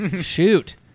Shoot